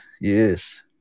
yes